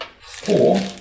Four